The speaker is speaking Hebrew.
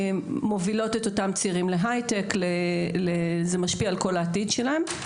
מובילות את אותם צעירים להייטק וזה משפיע על כל העתיד שלהם.